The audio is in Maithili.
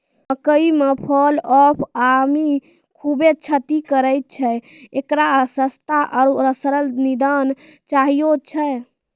मकई मे फॉल ऑफ आर्मी खूबे क्षति करेय छैय, इकरो सस्ता आरु सरल निदान चाहियो छैय?